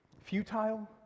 futile